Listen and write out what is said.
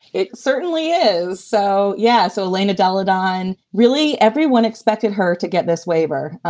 it certainly is. so, yeah. so laina dollard on really everyone expected her to get this waiver.